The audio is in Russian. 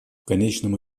конечном